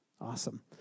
Awesome